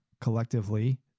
collectively